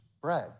bread